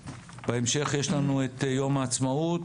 בהמשך יש לנו את יום העצמאות,